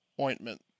ointment